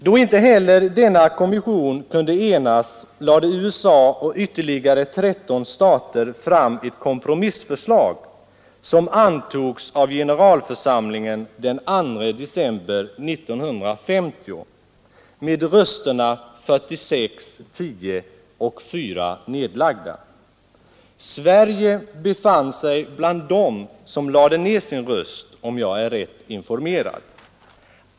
Då inte heller denna kommission kunde enas lade USA och ytterligare 13 stater fram ett kompromissförslag som antogs av generalförsamlingen den 2 december 1950 med rösterna 46—10 och 4 nedlagda. Sverige befann sig bland dem som lade ner sin röst, om jag är rätt informerad.